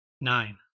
nine